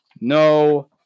no